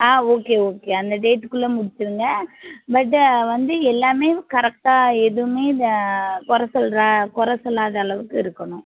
ஆ okay okay அந்த டேட்க்குள்ள முடிச்சிடுங்க பட்டு வந்து எல்லாமே கரெக்டாக எதுவுமே இதை குற சொல்கிற குற சொல்லாத அளவுக்கு இருக்கணும்